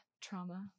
trauma